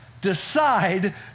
Decide